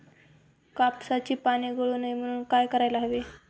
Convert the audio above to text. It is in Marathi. कापसाची पाने गळू नये म्हणून काय करायला हवे?